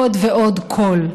עוד ועוד קול.